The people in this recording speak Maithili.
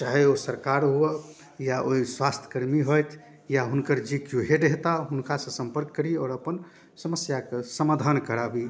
चाहे ओ सरकार हुअ या ओ स्वस्थयकर्मी होयत या हुनकर जे केओ हेड हेता हुनकासँ सम्पर्क करी आओर अपन समस्याके समाधान कराबी